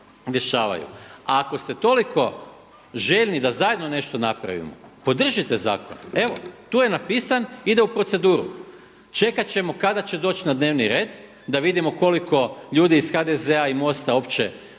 A ako ste toliko željni da zajedno nešto napravimo. Podržite zakon, evo tu je napisan, ide u proceduru. Čekat ćemo kada će doći na dnevni red da vidimo koliko ljudi iz HDZ-a i MOST-a uopće